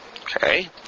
Okay